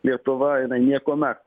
lietuva jinai niekuomet